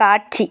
காட்சி